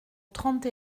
trente